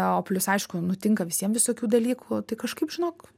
o plius aišku nutinka visiem visokių dalykų tai kažkaip žinok